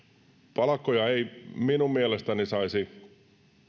palkkoja ei minun mielestäni saisi